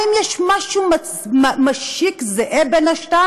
האם יש משהו משיק, זהה, ביניהן?